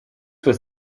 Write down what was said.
was